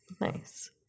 Nice